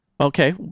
Okay